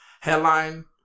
headline